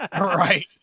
Right